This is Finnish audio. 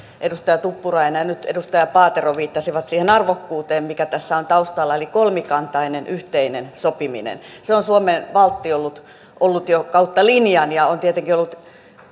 edustaja tuppurainen ja nyt edustaja paatero viittasivat siihen arvokkuuteen mikä tässä on taustalla kolmikantainen yhteinen sopiminen se on suomen valtti ollut ollut jo kautta linjan ja on tietenkin ollut